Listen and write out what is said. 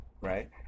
right